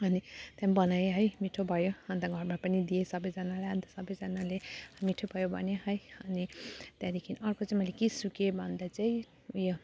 अनि त्यहाँ बनाएँ है मिठो भयो अन्त घरमा पनि दिएँ सबैजनालाई अन्त सबैजनाले मिठो भयो भन्यो है अनि त्यहाँदेखि अर्को चाहिँ मैले के सिकेँ भन्दा चाहिँ उयो